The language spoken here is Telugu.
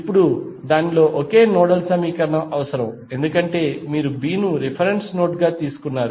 ఇప్పుడు దానిలో ఒకే నోడల్ సమీకరణం అవసరం ఎందుకంటే మీరు B ను రిఫరెన్స్ నోడ్ గా తీసుకున్నారు